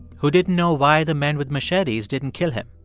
who didn't know why the men with machetes didn't kill him,